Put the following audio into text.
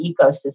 ecosystem